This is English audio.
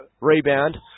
rebound